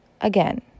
Again